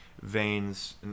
veins